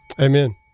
Amen